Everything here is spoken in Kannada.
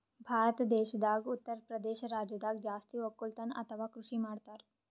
ಭಾರತ್ ದೇಶದಾಗ್ ಉತ್ತರಪ್ರದೇಶ್ ರಾಜ್ಯದಾಗ್ ಜಾಸ್ತಿ ವಕ್ಕಲತನ್ ಅಥವಾ ಕೃಷಿ ಮಾಡ್ತರ್